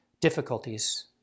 difficulties